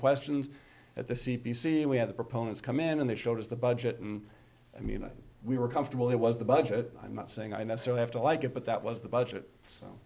questions at the c p c we had the proponents come in and they showed us the budget and i mean we were comfortable it was the budget i'm not saying i necessarily have to like it but that was the budget so